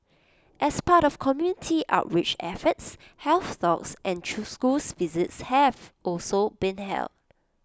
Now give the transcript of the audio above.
as part of community outreach efforts health thoughts and true schools visits have also been held